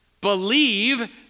believe